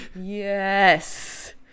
Yes